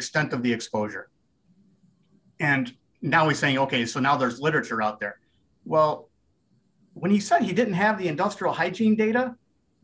extent of the exposure and now he's saying ok so now there's literature out there well when he said he didn't have the industrial hygiene data